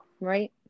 Right